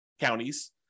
counties